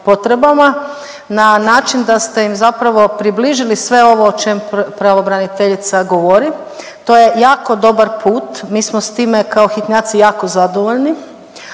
potrebama na način da ste im zapravo približili sve ovo o čem pravobraniteljica govori. To je jako dobar put, mi smo s time kao hitnjaci jako zadovoljni,